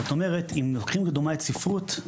זאת אומרת אם לוקחים לדוגמא את ספרות,